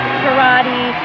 karate